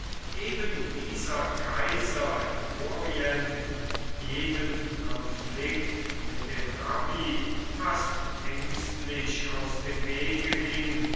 eben dieser kaiser im orient jedem konflikt mit dem rabbi fast ängstlich aus dem wege ging